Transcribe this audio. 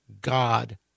God